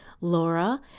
Laura